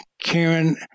Karen